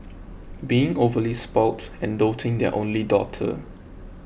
being overly spoilt and doting their only daughter